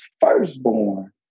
firstborn